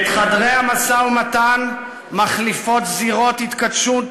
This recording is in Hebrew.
את חדרי המשא-ומתן מחליפות זירות התכתשות,